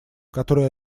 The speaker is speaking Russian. которые